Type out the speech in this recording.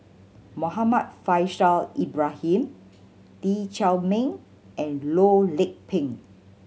Muhammad Faishal Ibrahim Lee Chiaw Meng and Loh Lik Peng